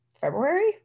February